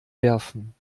werfen